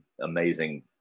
amazing